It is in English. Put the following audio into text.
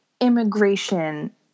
immigration